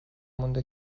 مونده